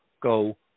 go